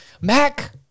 Mac